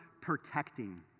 protecting